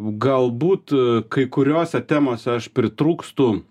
galbūt kai kuriose temose aš pritrūkstu